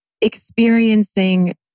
experiencing